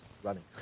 running